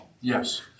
Yes